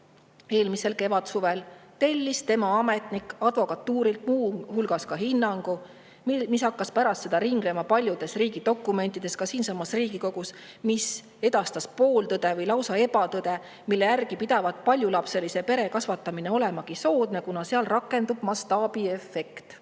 eelmisel kevadsuvel, tellis tema ametnik advokatuurilt muu hulgas hinnangu, mis hakkas pärast seda ringlema paljudes riigi dokumentides, ka siinsamas Riigikogus, mis edastas pooltõde või lausa ebatõde, mille järgi pidavat paljulapselise pere kasvatamine olemagi soodne, kuna seal rakendub mastaabiefekt.